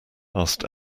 asked